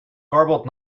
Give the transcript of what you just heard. garbled